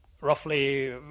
roughly